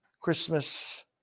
Christmas